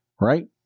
right